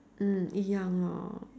mm 一样 lor